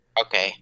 Okay